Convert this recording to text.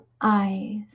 eyes